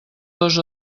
dos